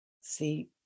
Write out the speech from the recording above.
See